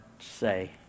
say